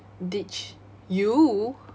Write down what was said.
ditch you